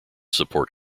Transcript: support